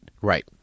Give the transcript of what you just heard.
right